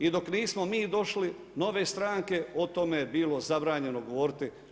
I dok nismo mi došli, nove stranke o tome je bilo zabranjeno govoriti.